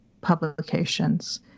publications